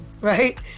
right